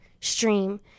stream